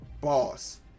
boss